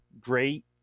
great